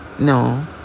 No